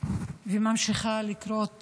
וממשיכה לקרות